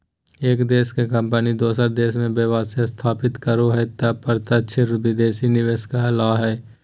एक देश के कम्पनी दोसर देश मे व्यवसाय स्थापित करो हय तौ प्रत्यक्ष विदेशी निवेश कहलावय हय